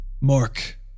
Mark